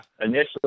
initially